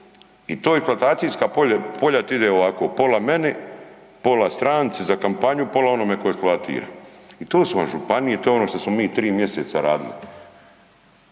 I ta eksploatacijska polja ti ide ovako, pola meni, pola stranci za kampanju, pola onome ko eksploatira i to su vam županije, to je ono što smo mi 3 mjeseca radili.